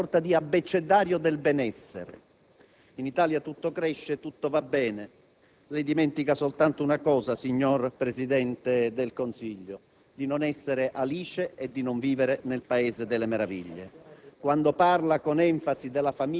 È stato declinato nell'Aula una sorta di abbecedario del benessere, in base al quale in Italia tutto cresce e tutto va bene. Lei dimentica soltanto, signor Presidente del Consiglio, di non essere Alice e di non vivere nel Paese delle meraviglie.